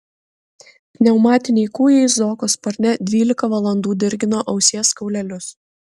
pneumatiniai kūjai zoko sparne dvylika valandų dirgino ausies kaulelius